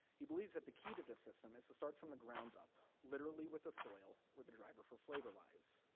he believes that the key to this system is to start from the ground up, literally with the soil, where the driver for flavor lies.